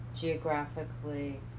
geographically